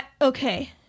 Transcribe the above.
Okay